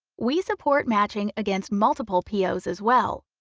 we support matching against multiple pos as well.